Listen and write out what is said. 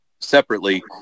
separately